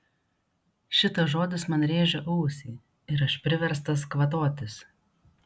šitas žodis man rėžia ausį ir aš priverstas kvatotis